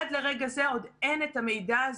עד לרגע הזה עוד אין את המידע הזה.